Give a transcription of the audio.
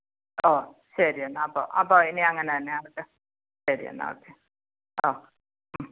ഓ ശരി എന്നാൽ അപ്പോൾ അപ്പോൾ ഇനി അങ്ങനെ തന്നെ ആവട്ടെ ശരി എന്നാവട്ടെ ആ